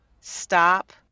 stop